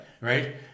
right